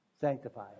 sanctify